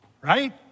Right